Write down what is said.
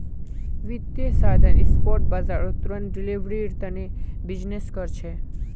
वित्तीय साधन स्पॉट बाजारत तुरंत डिलीवरीर तने बीजनिस् कर छे